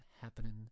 happening